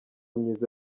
myiza